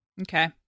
okay